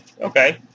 Okay